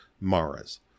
maras